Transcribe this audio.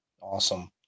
Awesome